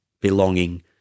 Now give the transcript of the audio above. belonging